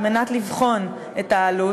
כדי לבחון את העלות.